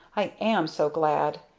i am so glad!